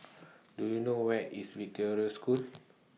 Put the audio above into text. Do YOU know Where IS Victoria School